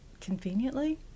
conveniently